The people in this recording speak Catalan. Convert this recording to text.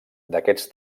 d’aquests